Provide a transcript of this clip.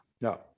no